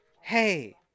hey